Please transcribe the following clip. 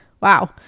wow